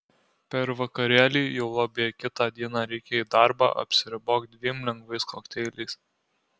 per vakarėlį juolab jei kitą dieną reikia į darbą apsiribok dviem lengvais kokteiliais